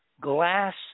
glass